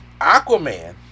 Aquaman